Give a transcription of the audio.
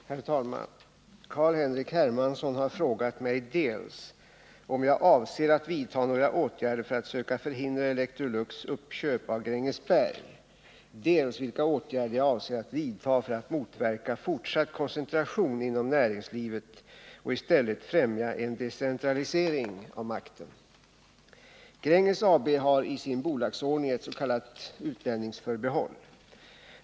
Herr talman! Carl-Henrik Hermansson har frågat mig dels om jag avser att vidta några åtgärder för att söka förhindra Electrolux uppköp av Grängesberg, dels vilka åtgärder jag avser att vidta för att motverka fortsatt koncentration inom näringslivet och i stället främja en decentralisering av makten. Gränges AB har i sin bolagsordning ett s.k. utlänningsförbehåll.